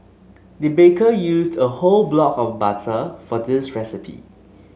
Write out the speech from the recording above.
the baker used a whole block of butter for this recipe